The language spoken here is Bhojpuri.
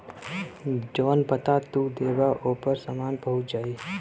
जौन पता तू देबा ओपर सामान पहुंच जाई